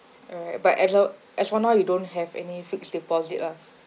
alright but as for as for now you don't have any fixed deposit lah